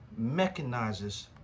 mechanizes